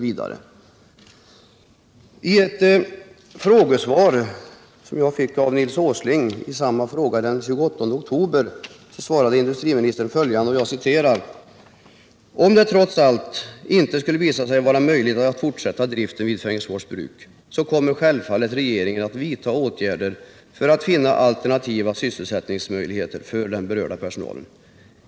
I ett frågesvar som jag fick av Nils Åsling i samma fråga den 28 oktober 1976 sade industriministern: 15 ”Om det trots allt inte skulle visa sig vara möjligt att fortsätta driften vid Fengersfors Bruk, kommer självfallet regeringen att vidta åtgärder för att finna alternativa sysselsättningsmöjligheter för den berörda personalen.